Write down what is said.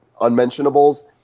unmentionables